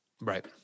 Right